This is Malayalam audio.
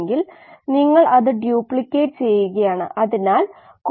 ഔട്ട്പുട്ട് ഇല്ല ഇൻപുട്ട് മാത്രമേ യുള്ളൂ